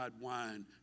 wine